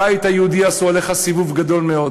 הבית היהודי עשו עליך סיבוב גדול מאוד.